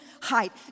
height